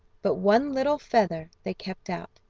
but one little feather they kept out,